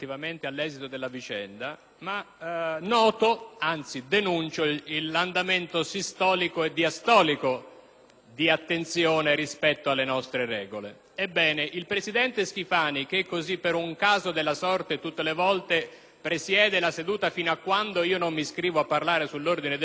di attenzione rispetto alle nostre regole. Ebbene, il presidente Schifani che, per un caso della sorte, ogni volta presiede la seduta fino a quando non mi iscrivo a parlare sull'ordine dei lavori, aveva annunciato che entro martedì di questa settimana, cioè due giorni fa, avrebbe nominato d'ufficio